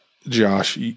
josh